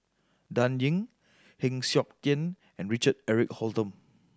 Dan Ying Heng Siok Tian and Richard Eric Holttum